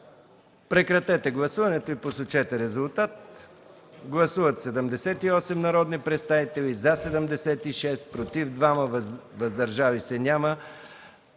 Прекратете гласуването и посочете резултата. Гласували 133 народни представители: за 93, против 8, въздържали се 32.